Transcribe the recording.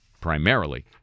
primarily